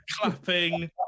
clapping